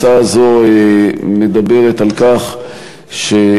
הצעה זו מדברת על כך שיוקם,